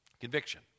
Conviction